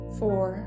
four